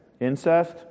Incest